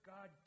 God